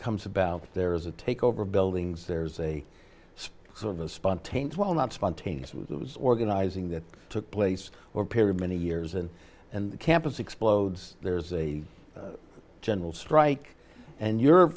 comes about there is a takeover of buildings there's a space of a spontaneous well not spontaneous it was organizing that took place or period many years and and the campus explodes there's a general strike and